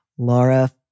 Laura